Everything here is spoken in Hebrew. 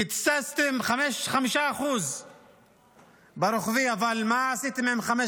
קיצצתם 5% ברוחבי, אבל מה עשיתם עם 550?